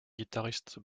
guitariste